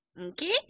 Okay